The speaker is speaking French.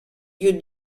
lieux